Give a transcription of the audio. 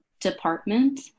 department